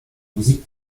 musik